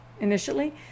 initially